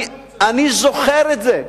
אני זוכר את זה.